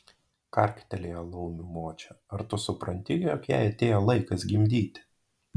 karktelėjo laumių močia ar tu supranti jog jai atėjo laikas gimdyti